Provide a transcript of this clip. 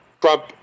Trump